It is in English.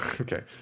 Okay